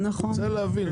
אני רוצה להבין,